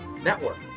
Network